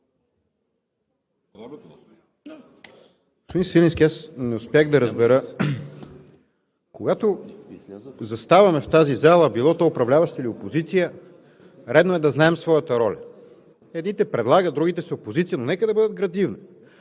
Свиленски, аз не успях да разбера, когато заставаме в залата – било то управляващи или опозиция, редно е да знаем своята роля, едните предлагат, другите са опозиция, но нека да бъдат градивни.